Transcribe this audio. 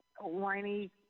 whiny